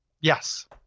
Yes